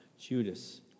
Judas